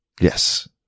yes